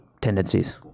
tendencies